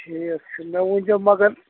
ٹھیٖک چھُ مےٚ ؤنۍ زیٚو مَگر